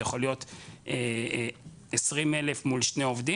זה יכול להיות 20,000 מול שני עובדים